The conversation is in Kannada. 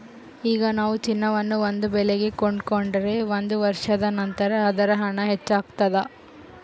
ಈಗ ನಾವು ಚಿನ್ನವನ್ನು ಒಂದು ಬೆಲೆಗೆ ಕೊಂಡುಕೊಂಡರೆ ಒಂದು ವರ್ಷದ ನಂತರ ಅದರ ಹಣ ಹೆಚ್ಚಾಗ್ತಾದ